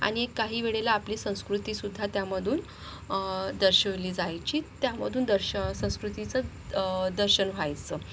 आणि काही वेळेला आपली संस्कृतीसुद्धा त्यामधून दर्शवली जायची त्यामधून दर्श संस्कृतीचं दर्शन व्हायचं